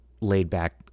laid-back